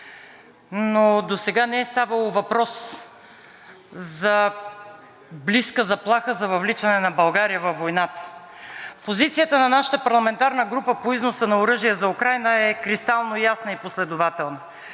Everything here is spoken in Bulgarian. но досега не е ставало въпрос за близка заплаха и за въвличане на България във войната. Позицията на нашата парламентарна група по износа на оръжие за Украйна е кристално ясна и последователна.